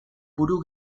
buru